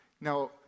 Now